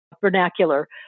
vernacular